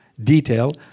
detail